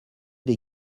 des